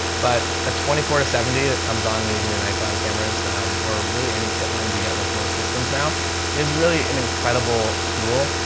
but a twenty four to seventy that comes on these new nikon cameras or really any kit lens you get with most systems now is really an incredible tool.